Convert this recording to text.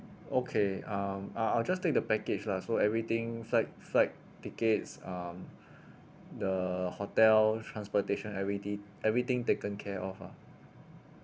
okay um I'll I'll just take the package lah so everything flight flight tickets um the hotel transportation already everything taken care of ah